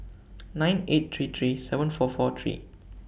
nine eight three three seven four four three